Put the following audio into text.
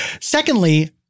Secondly